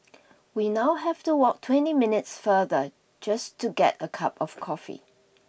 we now have to walk twenty minutes farther just to get a cup of coffee